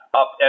up